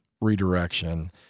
redirection